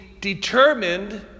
determined